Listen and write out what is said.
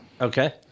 Okay